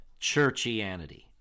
churchianity